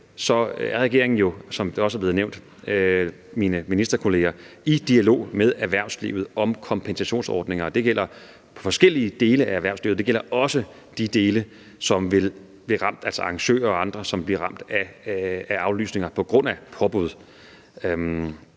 ministerkolleger i dialog med erhvervslivet om kompensationsordninger, og det gælder forskellige dele af erhvervslivet. Det gælder også arrangører og andre, som vil blive ramt af aflysninger på grund af påbud.